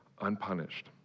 unpunished